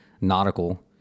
Nautical